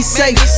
safe